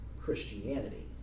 Christianity